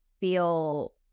feel